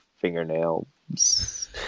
fingernails